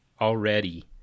already